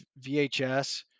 VHS